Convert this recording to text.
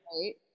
Right